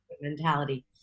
mentality